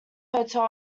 hotel